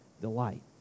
delight